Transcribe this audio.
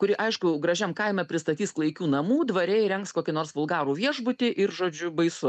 kuri aišku gražiam kaime pristatys klaikių namų dvare įrengs kokį nors vulgarų viešbutį ir žodžiu baisu